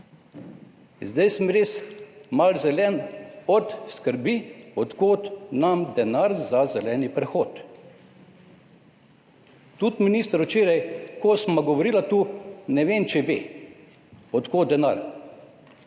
Zdaj sem res malo zelen od skrbi, od kod nam denar za zeleni prehod. Tudi minister, včeraj sva govorila tu, ne vem, ali ve, od kod denar.